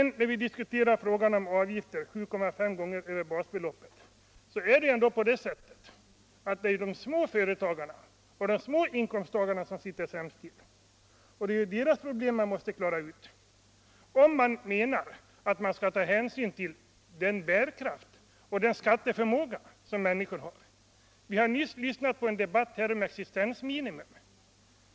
När det gäller frågan om avgifter över 7,5 gånger basbeloppet är det ändå de små företagarna och de små inkomsttagarna som ligger sämst till. Det är deras problem man måste klara, om man menar att man skall ta hänsyn till den bärkraft och den skatteförmåga som människor har. Vi har nyss lyssnat på en debatt om existensminimum.